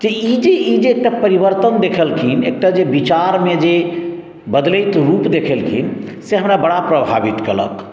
जे ई जे ई जे एकटा परिवर्तन देखेलखिन एकटा जे बिचार मे जे बदलैत रूप देखेलखिन से हमरा बड़ा प्रभावित केलक